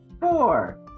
four